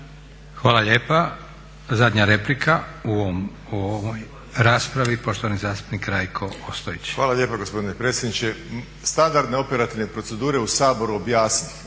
Hvala lijepa. Zadnja replika u ovoj raspravi poštovani zastupnik Rajko Ostojić. **Ostojić, Rajko (SDP)** Hvala lijepo gospodine predsjedniče. Standardne operativne procedure u Saboru …, ali